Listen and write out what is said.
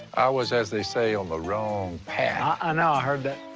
i was, as they say, on the wrong path. i know, i heard that.